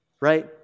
Right